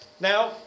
Now